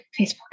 facebook